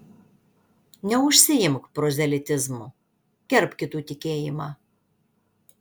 neužsiimk prozelitizmu gerbk kitų tikėjimą